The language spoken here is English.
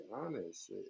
honest